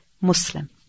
Muslim